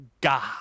God